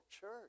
church